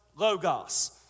logos